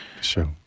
Sure